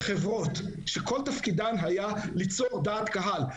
חברות שכל תפקידן היה ליצור דעת קהל,